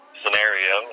scenario